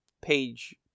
page